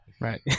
Right